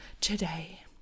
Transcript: today